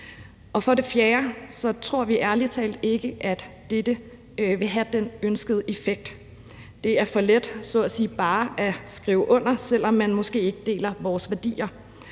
Og for det fjerde tror vi ærlig talt ikke, at dette vil have den ønskede effekt. Det er for let så at sige bare at skrive under, selv om man måske ikke deler vores værdier.